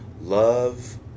love